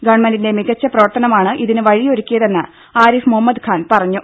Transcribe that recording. ഗവൺമെന്റിന്റെ മികച്ച പ്രവർത്തനമാണ് ഇതിന് വഴിയൊരുക്കിയതെന്ന് ആരിഫ് മുഹമ്മദ് ഖാൻ പറഞ്ഞു